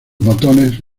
botones